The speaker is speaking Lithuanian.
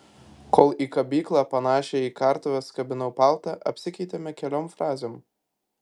kol į kabyklą panašią į kartuves kabinau paltą apsikeitėme keliom frazėm